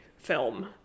film